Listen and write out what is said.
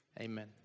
amen